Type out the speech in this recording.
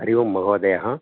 हरिः ओं महोदय